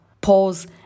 pause